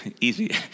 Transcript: Easy